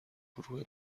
گروه